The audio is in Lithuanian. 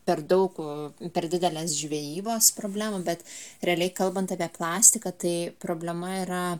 per daug per didelę žvejybos problemą bet realiai kalbant apie plastiką tai problema yra